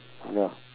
ya